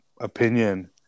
opinion